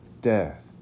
death